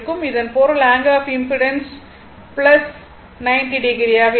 இதன் பொருள் angle of impedance 90o ஆக இருக்கும்